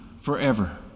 Forever